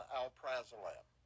alprazolam